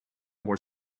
were